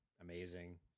Amazing